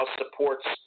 supports